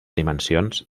dimensions